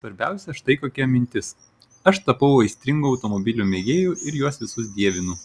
svarbiausia štai kokia mintis aš tapau aistringu automobilių mėgėju ir juos visus dievinu